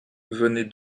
venez